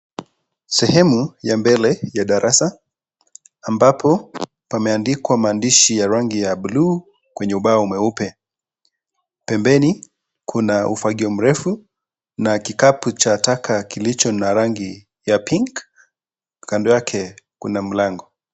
Sehemu ya mbele ya darasa. Ambapo pameandikwa maandishi ya rangi ya buluu kwenye ubao mweupe. Pembeni, kuna ufagio mrefu na kikapu cha taka kilicho na rangi ya pinki. Kando yake kuna mlango.